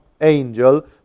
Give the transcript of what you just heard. angel